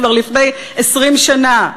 כבר לפני 20 שנה.